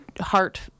heart